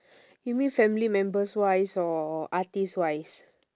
you mean family members wise or artist wise